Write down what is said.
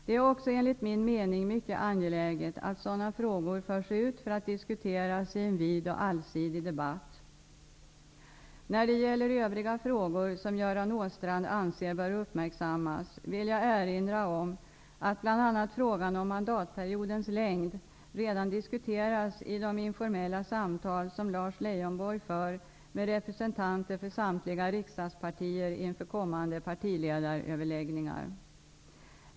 Det är också enligt min mening mycket angeläget att sådana frågor förs ut för att diskuteras i en vid och allsidig debatt. När det gäller övriga frågor som Göran Åstrand anser bör uppmärksammas vill jag erinra om att bl.a. frågan om mandatperiodens längd redan diskuteras i de informella samtal som Lars Leijonborg för med representanter för samtliga riksdagspartier inför kommande partiledaröverläggningar.